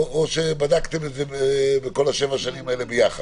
או בדקתם את זה בכל שבע השנים ביחד?